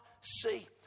see